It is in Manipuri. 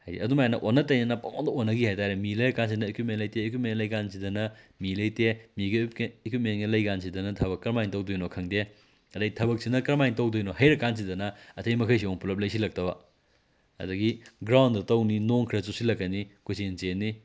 ꯍꯥꯏꯗꯤ ꯑꯗꯨꯝ ꯍꯥꯏꯅ ꯑꯣꯟꯅ ꯇꯩꯅꯅ ꯄꯪꯑꯣꯟꯗ ꯑꯣꯟꯅꯈꯤ ꯍꯥꯏꯇꯥꯔꯦ ꯃꯤ ꯂꯩꯔ ꯀꯥꯟꯁꯤꯗꯅ ꯏꯀ꯭ꯋꯤꯞꯃꯦꯟ ꯂꯩꯇꯦ ꯏꯀ꯭ꯋꯤꯞꯃꯦꯟ ꯂꯩ ꯀꯥꯟꯁꯤꯗꯅ ꯃꯤ ꯂꯩꯇꯦ ꯃꯤꯒ ꯏꯀ꯭ꯋꯤꯞꯃꯦꯟꯒ ꯂꯩꯔ ꯀꯥꯟꯁꯤꯗꯅ ꯊꯕꯛ ꯀꯔꯝ ꯍꯥꯏꯅ ꯇꯧꯗꯣꯏꯅꯣ ꯈꯪꯗꯦ ꯑꯗꯩ ꯊꯕꯛ ꯁꯤꯅ ꯀꯔꯝ ꯍꯥꯏꯅ ꯇꯧꯗꯣꯏꯅꯣ ꯍꯩꯔ ꯀꯥꯟꯁꯤꯗꯅ ꯑꯇꯩ ꯃꯈꯩꯁꯤ ꯑꯃꯨꯛ ꯄꯨꯂꯞ ꯂꯩꯁꯤꯜꯂꯛꯇꯕ ꯑꯗꯒꯤ ꯒ꯭ꯔꯥꯎꯟꯗ ꯇꯧꯅꯤ ꯅꯣꯡ ꯈꯔ ꯆꯨꯁꯤꯜꯂꯛꯀꯅꯤ ꯀꯣꯏꯆꯦꯟ ꯆꯦꯟꯅꯤ